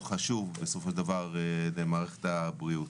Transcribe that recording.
חשוב בסופו של דבר למערכת הבריאות.